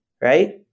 Right